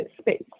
space